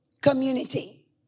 community